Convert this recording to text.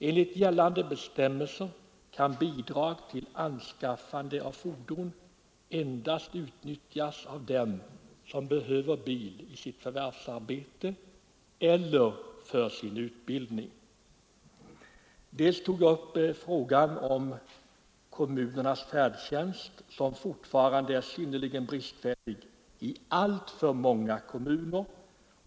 Enligt gällande bestämmelser kan bidrag till anskaffande av fordon endast fås av den som behöver bil i sitt förvärvsarbete eller för sin utbildning. Vidare tog jag upp frågan om kommunernas färdtjänst, som fortfarande är synnerligen bristfällig i alltför många kommuner.